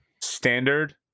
standard